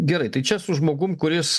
gerai tai čia su žmogum kuris